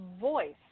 voice